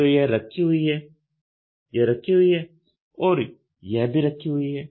तो यह रखी हुई है यह रखी हुई है और यह भी रखी हुई है